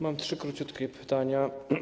Mam trzy króciutkie pytania.